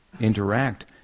interact